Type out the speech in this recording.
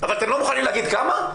אבל אתם לא מוכנים להגיד כמה?